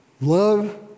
love